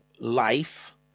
life